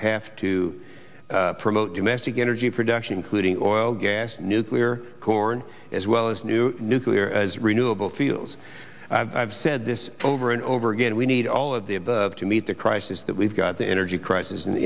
have to promote domestic energy production including oil gas nuclear corn as well as new nuclear renewable fuels i've said this over and over again we need all of the above to meet the crisis that we've got the energy